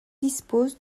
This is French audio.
dispose